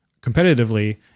competitively